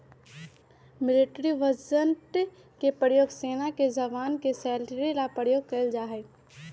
military budget के प्रयोग सेना के जवान के सैलरी ला प्रयोग कइल जाहई